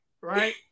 right